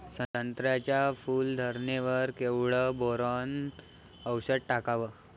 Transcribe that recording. संत्र्याच्या फूल धरणे वर केवढं बोरोंन औषध टाकावं?